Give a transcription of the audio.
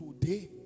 today